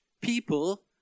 people